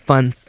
Fun